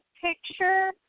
picture